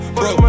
bro